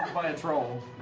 by a troll,